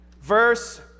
verse